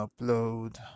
upload